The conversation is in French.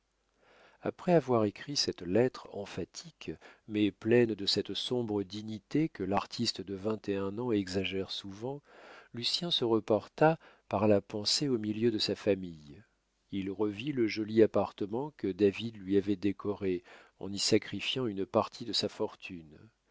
après avoir écrit cette lettre emphatique mais pleine de cette sombre dignité que l'artiste de vingt et un ans exagère souvent lucien se reporta par la pensée au milieu de sa famille il revit le joli appartement que david lui avait décoré en y sacrifiant une partie de sa fortune